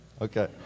Okay